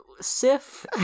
Sif